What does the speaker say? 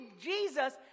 Jesus